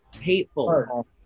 hateful